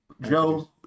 Joe